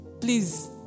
Please